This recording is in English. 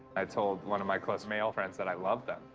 i told one of my close male friends that i loved them.